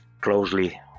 closely